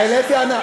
העלית טענה.